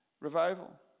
revival